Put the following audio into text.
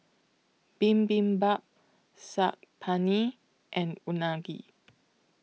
Bibimbap Saag Paneer and Unagi